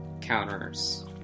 counters